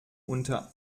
unter